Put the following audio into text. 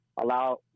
allow